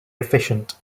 efficient